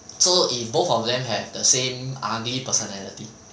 so if both of them have the same ugly personality